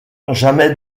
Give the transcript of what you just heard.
jamais